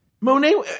Monet